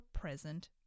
present